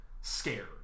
scared